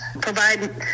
provide